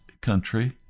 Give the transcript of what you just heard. country